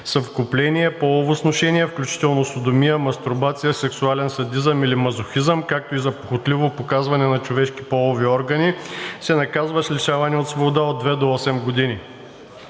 съвкупление, полово сношение, включително содомия, мастурбация, сексуален садизъм или мазохизъм, както и за похотливо показване на човешки полови органи, се наказва с лишаване от свобода от две до осем години.“